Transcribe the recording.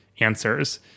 answers